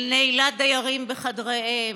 על נעילת דיירים בחדריהם,